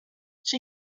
che